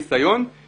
השלטון